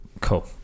cool